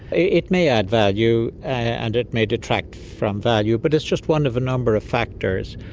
it it may add value and it may detract from value, but it's just one of a number of factors.